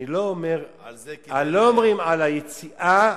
לא מדברים על היציאה,